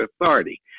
authority